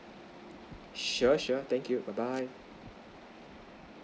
sure sure thank you bye bye